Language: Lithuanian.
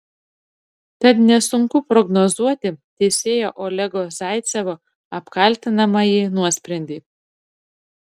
tad nesunku prognozuoti teisėjo olego zaicevo apkaltinamąjį nuosprendį